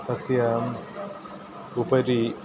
तस्यां उपरि